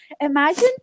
imagine